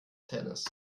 tennis